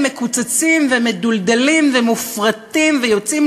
הם מקוצצים ומדולדלים ומפוטרים ויוצאים